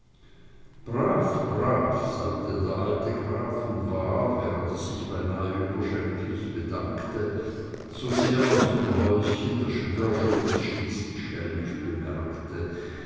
brav brav sagte der alte graf und war während er sich beinah überschwenglich bedankte so sehr aus dem häuschen daß wrschowitz schließlich schelmisch bemerkte